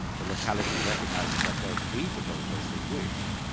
the locality recognises that they're free to vote as they wish,